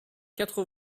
quatre